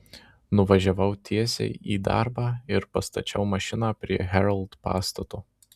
nuvažiavau tiesiai į darbą ir pastačiau mašiną prie herald pastato